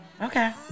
Okay